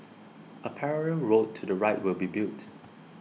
a parallel road to the right will be built